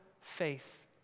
faith